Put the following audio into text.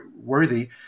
worthy